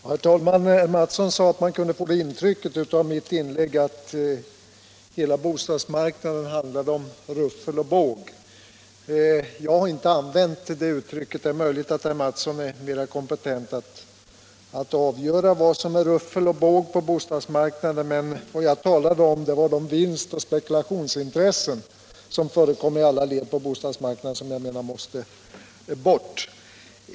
Herr talman! Herr Mattsson sade att man kunde få intrycket av mitt inlägg att hela bostadsmarknaden handlade om ruffel och båg. Jag har inte använt det uttrycket. Det är möjligt att herr Mattsson är mera kompetent att avgöra vad som är ruffel och båg på bostadsmarknaden, men vad jag talade om var de vinstoch spekulationsintressen som förekommer i alla led på bostadsmarknaden och som jag menar måste försvinna.